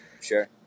Sure